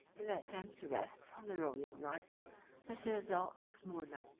in the attempt to wrest from the rhodian knights the citadel of smyrna.